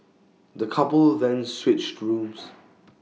the couple then switched rooms